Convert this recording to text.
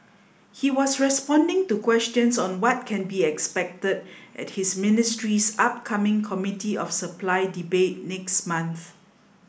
he was responding to questions on what can be expected at his ministry's upcoming Committee of Supply debate next month